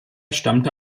stammte